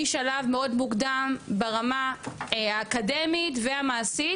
משלב מאוד מוקדם ברמה האקדמית והמעשית,